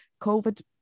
COVID